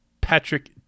Patrick